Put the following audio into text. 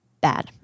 bad